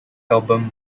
album